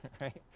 right